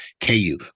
KU